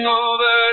over